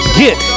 get